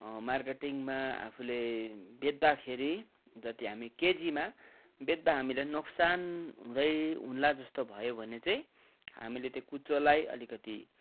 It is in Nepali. मार्केटिङमा आफूले बेच्दाखेरि जति हामी केजीमा बेच्दा हामीलाई नोक्सान हुँदै होला जस्तो भयो भने चाहिँ हामीले त्यो कुचोलाई अलिकति